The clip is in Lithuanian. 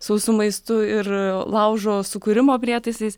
sausu maistu ir laužo sukūrimo prietaisais